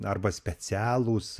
arba specialūs